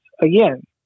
Again